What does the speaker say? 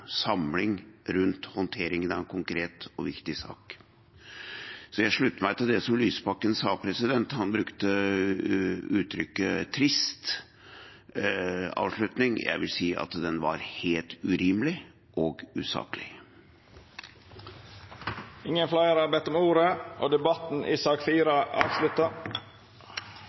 samling rundt håndteringen av en konkret og viktig sak. Så jeg slutter meg til det som Lysbakken sa. Han brukte uttrykket «trist» om denne avslutningen. Jeg vil si at den var helt urimelig – og usaklig. Fleire har ikkje bedt om ordet til sak nr. 4. Etter ynske frå utanriks- og